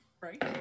Right